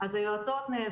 אז היועצות,